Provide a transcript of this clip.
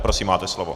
Prosím, máte slovo.